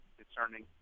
concerning